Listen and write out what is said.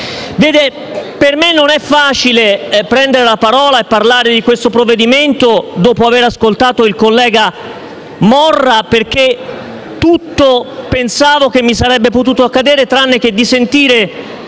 Per me non è facile prendere la parola e parlare del provvedimento dopo aver ascoltato il collega Morra, perché tutto pensavo che mi sarebbe potuto accadere, tranne che di sentire